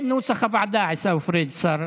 כנוסח הוועדה, עיסאווי פריג', השר